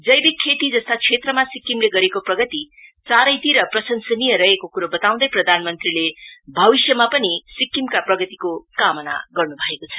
जैविक खेती जस्ता क्षेत्रमा सिक्किमले गरेको प्रगति चारैतिर प्रंशसनीय रहेको कुरो बताउँदै प्रधान मंत्रीले भविष्यमा पनि सिक्किमका प्रगतिको कामना गर्न् भएको छ